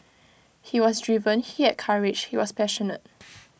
he was driven he had courage he was passionate